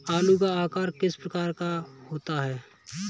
आलू का आकार किस प्रकार का होता है?